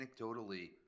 anecdotally